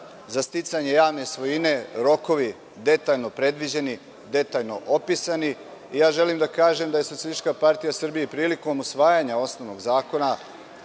za sticanje javne svojine, rokovi detaljno predviđeni, detaljno opisani. Želim da kažem da je SPS prilikom usvajanja osnovnog zakona